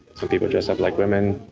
some people dress up like women,